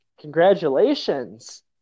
Congratulations